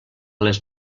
les